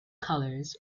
colours